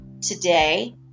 today